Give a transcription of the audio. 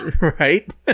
Right